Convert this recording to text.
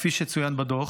כפי שצוין בדוח,